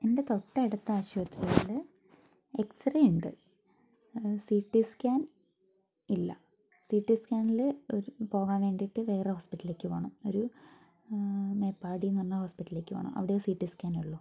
എന്റെ തൊട്ടടുത്ത ആശുപത്രിയിൽ എക്സ് റേ ഉണ്ട് സി ടി സ്കാൻ ഇല്ല സി ടി സ്കാനിൽ ഒരു പോകാൻ വേണ്ടിയിട്ട് വേറെ ഹോസ്പിറ്റലിലേക്ക് പോകണം ഒരു മേപ്പാടിയിൽ നിന്നു പറഞ്ഞ ഹോസ്പിലിലേക്ക് പോകണം അവിടെയെ സി ടി സ്കാനുള്ളൂ